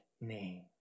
name